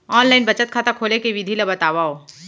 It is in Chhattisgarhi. ऑनलाइन बचत खाता खोले के विधि ला बतावव?